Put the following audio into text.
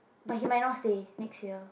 but he might not stay next year